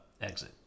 exit